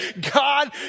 God